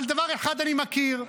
אבל דבר אחד אני מכיר,